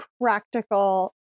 practical